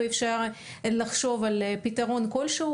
ואפשר לחשוב על פתרון כלשהו,